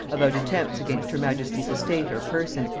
about attempts against her majesty's estate or person,